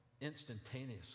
instantaneously